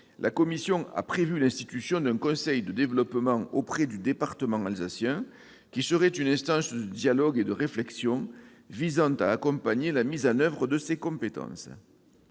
Enfin, elle a prévu l'institution d'un conseil de développement auprès du département alsacien, qui serait une instance de dialogue et de réflexion visant à accompagner la mise en oeuvre de ses compétences.